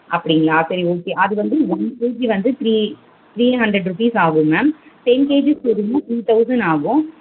அப்படிங்களா சரி ஓகே அது வந்து ஒன் கேஜி வந்து த்ரீ த்ரீ ஹண்ட்ரட் ரூபீஸ் ஆகும் மேம் டென் கேஜிஸ் வேணுன்னால் த்ரீ தௌசண்ட் ஆகும்